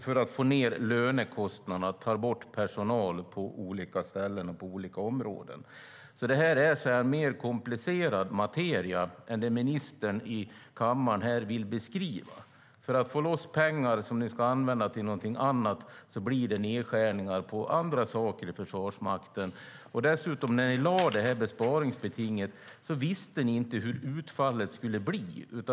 För att få ned lönekostnaderna tar man bort personal på olika ställen och på olika områden. Det här är en mer komplicerad materia än vad ministern här i kammaren vill beskriva. För att få loss pengar blir det nedskärningar på annat i Försvarsmakten. När ni lade besparingsbetinget visste ni dessutom inte hur utfallet skulle bli.